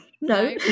No